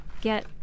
get